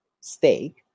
steak